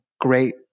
great